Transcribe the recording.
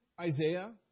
Isaiah